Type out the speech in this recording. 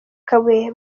kabuye